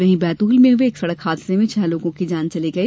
वहीं बैतूल में हुए एक सड़क हादसे में छह लोगों की जान चली गई